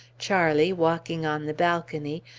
charlie, walking on the balcony,